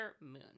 moon